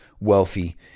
wealthy